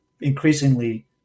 increasingly